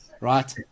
right